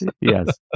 yes